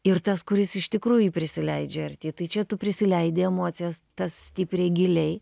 ir tas kuris iš tikrųjų jį prisileidžia arti tai čia tu prisileidi emocijas tas stipriai giliai